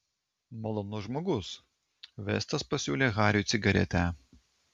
malonus žmogus vestas pasiūlė hariui cigaretę